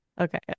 Okay